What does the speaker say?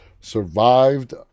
survived